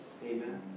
Amen